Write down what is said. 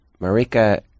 Marika